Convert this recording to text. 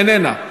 איננה,